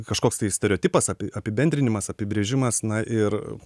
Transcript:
kažkoks tai stereotipas api apibendrinimas apibrėžimas na ir